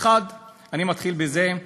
1. אני מתחיל בזה,